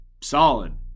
solid